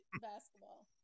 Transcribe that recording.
basketball